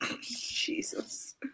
Jesus